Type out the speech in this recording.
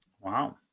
Wow